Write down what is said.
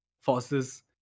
forces